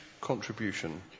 contribution